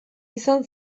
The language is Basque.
izan